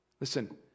Listen